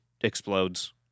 explodes